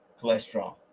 cholesterol